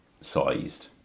sized